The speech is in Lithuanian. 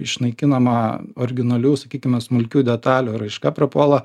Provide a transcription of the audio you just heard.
išnaikinama originalių sakykime smulkių detalių raiška prapuola